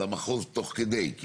המחוז תוך כדי.